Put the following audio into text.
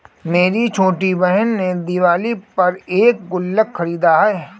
मेरी छोटी बहन ने दिवाली पर एक गुल्लक खरीदा है